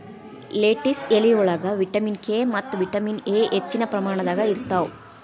lettuce ಎಲಿಯೊಳಗ vitamin K ಮತ್ತ vitamin A ಹೆಚ್ಚಿನ ಪ್ರಮಾಣದಾಗ ಇರ್ತಾವ